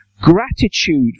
Gratitude